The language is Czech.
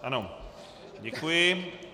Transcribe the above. Ano, děkuji.